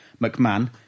McMahon